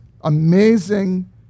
amazing